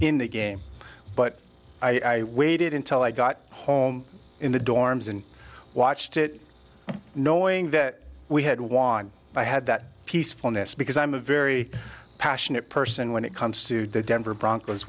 in the game but i waited until i got home in the dorms and watched it knowing that we had won i had that peacefulness because i'm a very passionate person when it comes to the denver broncos